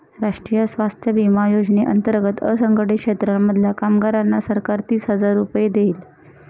राष्ट्रीय स्वास्थ्य विमा योजने अंतर्गत असंघटित क्षेत्रांमधल्या कामगारांना सरकार तीस हजार रुपये देईल